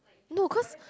no cause